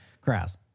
Grass